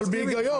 אבל בהגיון.